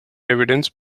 evidence